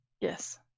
yes